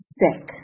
sick